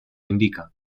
indica